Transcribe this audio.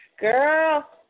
Girl